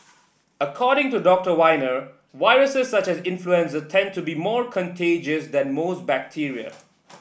according to Doctor Wiener viruses such as influenza tend to be more contagious than most bacteria